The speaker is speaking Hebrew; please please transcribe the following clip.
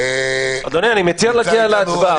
אדוני, אני מציע להגיע להצבעה.